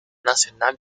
nacional